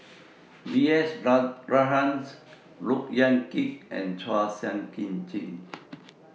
B S Rajhans Look Yan Kit and Chua Sian Chin